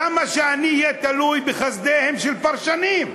למה שאהיה תלוי בחסדיהם של פרשנים?